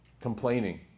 Complaining